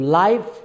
life